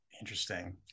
Interesting